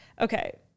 Okay